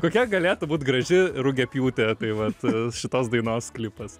kokia galėtų būt graži rugiapjūtė tai vat šitos dainos klipas